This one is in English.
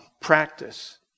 practice